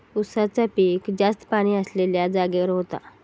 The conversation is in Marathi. उसाचा पिक जास्त पाणी असलेल्या जागेवर होता